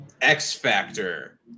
X-Factor